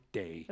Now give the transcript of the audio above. day